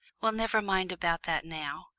well, never mind about that now.